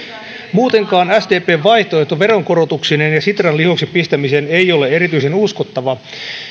muutenkaan sdpn vaihtoehto veronkorotuksineen ja sitran lihoiksi pistämisineen ei ole erityisen uskottava